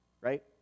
Right